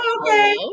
Okay